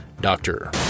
Doctor